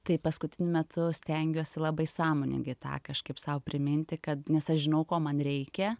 tai paskutiniu metu stengiuosi labai sąmoningai tą kažkaip sau priminti kad nes aš žinau ko man reikia